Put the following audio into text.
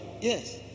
Yes